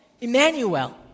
Emmanuel